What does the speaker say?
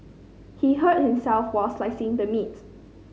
he hurt himself while slicing the meat